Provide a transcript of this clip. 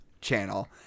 channel